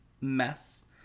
mess